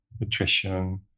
nutrition